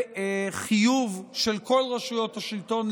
לחיוב של כל רשויות השלטון,